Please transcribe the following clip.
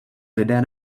lidé